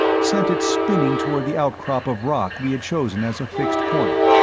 sent it spinning toward the outcrop of rock we had chosen as a fixed point.